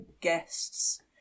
guests